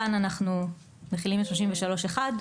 כאן אנחנו מחילים את 33(1),